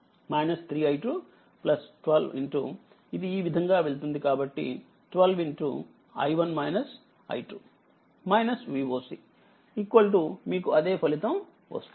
3 i2 12 ఇది ఈ విధంగా వెళ్తుంది కాబట్టి 12 Voc మీకుఅదే ఫలితం వస్తుంది